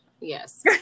Yes